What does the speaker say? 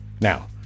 Now